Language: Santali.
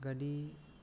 ᱜᱟᱹᱰᱤ